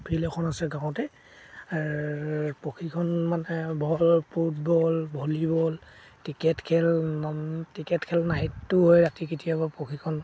field এখন আছে গাঁৱতে প্ৰশিক্ষণ মানে বল ফুটবল ভলীবল ক্ৰিকেট খেল ক্ৰিকেট খেল নাইটটোও হয় ৰাতি কেতিয়াবা প্ৰশিক্ষণ